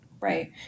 Right